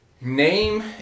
Name